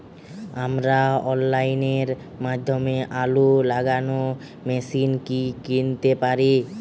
আমরা অনলাইনের মাধ্যমে আলু লাগানো মেশিন কি কিনতে পারি?